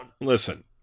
listen